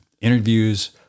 interviews